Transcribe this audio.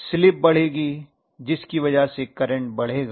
slip बढ़ेगी जिसकी वजह से करंट बढ़ेगा